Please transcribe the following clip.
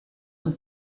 een